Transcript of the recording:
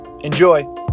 Enjoy